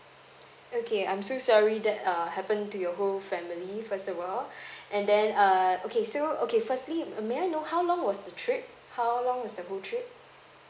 okay I'm so sorry that err happen to your whole family first of all and then err okay so okay firstly may I know how long was the trip how long was the whole trip